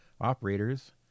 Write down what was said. operators